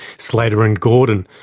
slater and gordon,